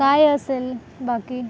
काय असेल बाकी